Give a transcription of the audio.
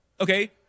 Okay